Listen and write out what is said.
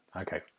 Okay